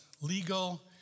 legal